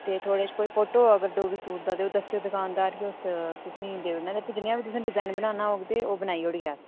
ते थुआढ़े कश कोई फोटो होग अगर डोगरी सूट दा ते ओह् दस्सेओ दकानदार गी तुस तुसेंगी देई ओड़ना ते फ्ही जनेहा बी तुसें डिजाइन बनाना होग ते ओह् बनाई ओड़गे अस